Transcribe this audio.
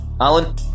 Alan